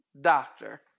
doctor